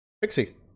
Pixie